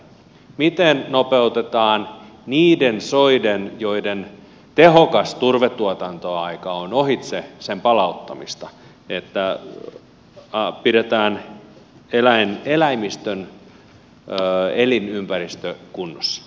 miten nopeutetaan niiden soiden joiden tehokas turvetuotantoaika on ohitse palauttamista niin että pidetään eläimistön elinympäristö kunnossa